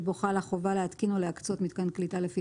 שבו חלה חובה להתקין או להקצות מיתקן קליטה לפי